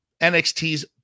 NXT's